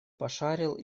пошарил